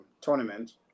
tournament